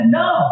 no